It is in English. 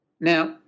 now